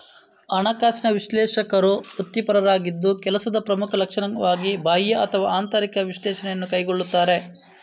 ಹಣಕಾಸಿನ ವಿಶ್ಲೇಷಕರು ವೃತ್ತಿಪರರಾಗಿದ್ದು ಕೆಲಸದ ಪ್ರಮುಖ ಲಕ್ಷಣವಾಗಿ ಬಾಹ್ಯ ಅಥವಾ ಆಂತರಿಕ ವಿಶ್ಲೇಷಣೆಯನ್ನು ಕೈಗೊಳ್ಳುತ್ತಾರೆ